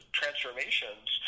transformations